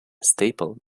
staple